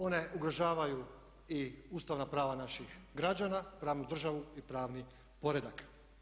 One ugrožavaju i ustavna prava naših građana, pravnu državu i pravni poredak.